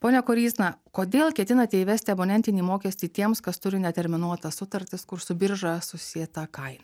pone koryzna kodėl ketinate įvesti abonentinį mokestį tiems kas turi neterminuotas sutartis kur su birža susieta kaina